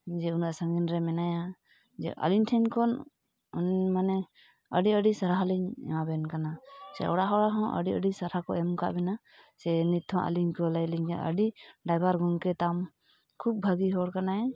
ᱡᱮ ᱩᱱᱟᱹᱜ ᱥᱟᱺᱜᱤᱧᱨᱮ ᱢᱮᱱᱟᱭᱟ ᱡᱮ ᱟᱹᱞᱤᱧ ᱴᱷᱮᱱᱠᱷᱚᱱ ᱢᱟᱱᱮ ᱟᱹᱰᱤ ᱟᱹᱰᱤ ᱥᱟᱨᱦᱟᱣ ᱞᱤᱧ ᱮᱢᱟᱵᱮᱱ ᱠᱟᱱᱟ ᱥᱮ ᱚᱲᱟᱜ ᱦᱚᱲᱦᱚᱸ ᱟᱹᱰᱤ ᱟᱹᱰᱤ ᱥᱟᱨᱦᱟᱣᱠᱚ ᱮᱢ ᱟᱠᱟᱫᱵᱮᱱᱟ ᱥᱮ ᱱᱤᱛᱦᱚᱸ ᱟᱞᱤᱧ ᱠᱚ ᱞᱟᱹᱭ ᱟᱹᱞᱤᱧ ᱠᱟᱱᱟ ᱟᱹᱰᱤ ᱰᱟᱭᱵᱟᱨ ᱜᱚᱢᱠᱮᱛᱟᱢ ᱠᱷᱩᱵᱽ ᱵᱷᱟᱹᱜᱤ ᱦᱚᱲ ᱠᱟᱱᱟᱭ